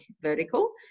vertical